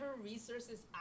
resources